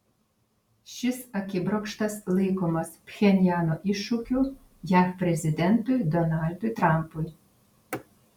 šis akibrokštas laikomas pchenjano iššūkiu jav prezidentui donaldui trampui